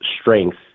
strength